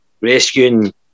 Rescuing